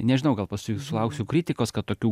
nežinau gal paskui sulauksiu kritikos kad tokių